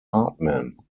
hartman